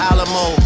Alamo